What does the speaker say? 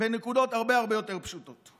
בנקודות הרבה הרבה יותר פשוטות.